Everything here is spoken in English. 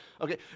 Okay